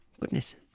Goodness